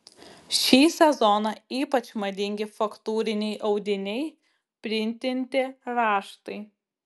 šį sezoną ypač madingi faktūriniai audiniai printinti raštai